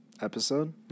Episode